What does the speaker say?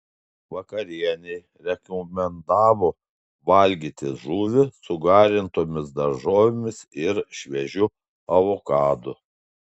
vakarienei rekomendavo valgyti žuvį su garintomis daržovėmis ir šviežiu avokadu